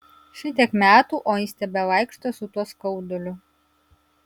šitiek metų o jis tebevaikšto su tuo skauduliu